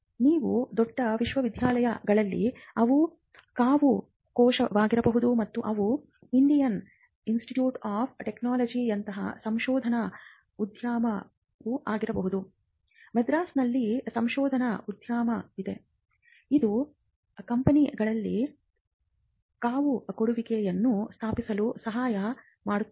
ನೀವು ದೊಡ್ಡ ವಿಶ್ವವಿದ್ಯಾನಿಲಯಗಳಲ್ಲಿ ಅವು ಕಾವು ಕೋಶವಾಗಿರಬಹುದು ಮತ್ತು ಅವು ಇಂಡಿಯನ್ ಇನ್ಸ್ಟಿಟ್ಯೂಟ್ ಆಫ್ ಟೆಕ್ನಾಲಜಿಯಂತಹ ಸಂಶೋಧನಾ ಉದ್ಯಾನವನವೂ ಆಗಿರಬಹುದು ಮದ್ರಾಸ್ನಲ್ಲಿ ಸಂಶೋಧನಾ ಉದ್ಯಾನವನವಿದೆ ಇದು ಕಂಪೆನಿಗಳಿಗೆ ಕಾವುಕೊಡುವಿಕೆಯನ್ನು ಸ್ಥಾಪಿಸಲು ಸಹಾಯ ಮಾಡುತ್ತದೆ